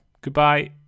Goodbye